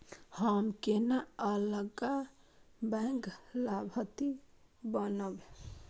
हम केना अलग बैंक लाभार्थी बनब?